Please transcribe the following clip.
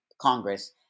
Congress